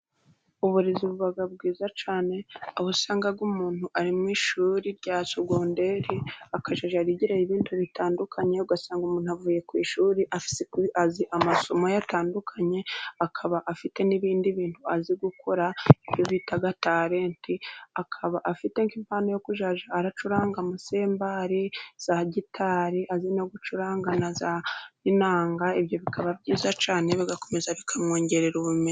Uburezi buba bwiza cyane. Aho usanga umuntu ari mu ishuri rya segonderi akajya yigirayo ibintu bitandukanye, ugasanga umuntu avuye ku ishu azi amasomo ye atandukanye. Akaba afite n'ibindi bintu azi gukora ibyo bita talent. Akaba afite nk'impano yo guracuranga amasembari, za gitari azi no gucuranga n'inanga. Ibyo bikaba byiza cyane bigakomeza bikamwongerera ubumenyi.